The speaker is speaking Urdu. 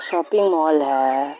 شاپنگ مال ہے